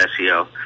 SEO